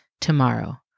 tomorrow